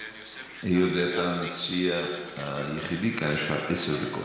היות שאתה המציע היחידי כאן, יש לך עשר דקות.